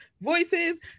voices